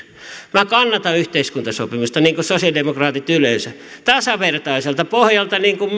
minä kannatan yhteiskuntasopimusta niin kuin sosialidemokraatit yleensä tasavertaiselta pohjalta niin kuin